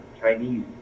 Chinese